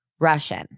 Russian